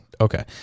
okay